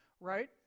right